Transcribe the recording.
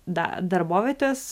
da darbovietės